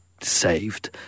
saved